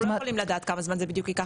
אנחנו לא יכולים לדעת כמה זמן זה בדיוק ייקח,